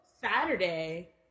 Saturday-